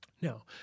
Now